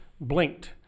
blinked